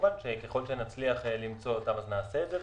כמובן שככל שנצליח למצוא אותן, אז נעשה את זה.